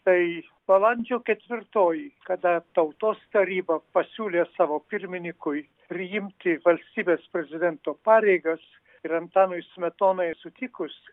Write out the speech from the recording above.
tai balandžio ketvirtoji kada tautos taryba pasiūlė savo pirminykui priimti valstybės prezidento pareigas ir antanui smetonai sutikus